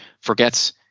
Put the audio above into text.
forgets